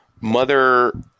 mother –